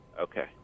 Okay